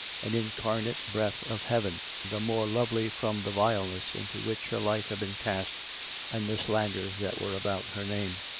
an incarnate breath of heaven, the more lovely from the vileness into which her life had been cast and the slanders that were about her name.